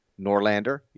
Norlander